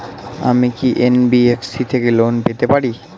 আমি কি এন.বি.এফ.সি থেকে লোন নিতে পারি?